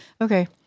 Okay